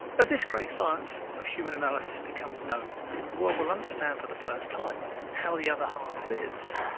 as this great science of human analysis becomes known the world will understand for the first time how the other half lives,